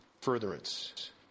furtherance